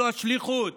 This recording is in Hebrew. זו השליחות.